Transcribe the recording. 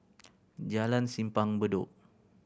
Jalan Simpang Bedok